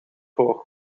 voor